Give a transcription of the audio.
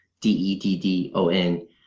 D-E-D-D-O-N